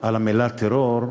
על המילה טרור.